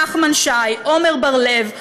נחמן שי ועמר בר-לב,